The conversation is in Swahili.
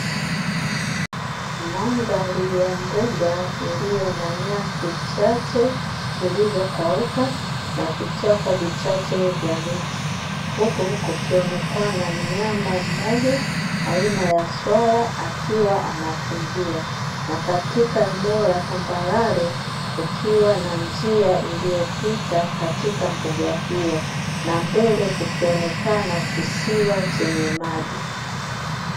Mandhari ya mbuga iliyo na nyasi chache zilizo kauka, na vichaka vichache vya miti, huku kukionekana mnyama mmoja aina ya swala akiwa anakimbia, na katika eneo la tambalale kukiwa na njia iliyopita katika mbuga hiyo, na mbele kukionekana kisiwa chenye maji.